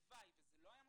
הלוואי וזה לא היה מוסיף,